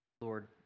Lord